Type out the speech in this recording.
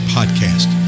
Podcast